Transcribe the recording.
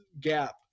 gap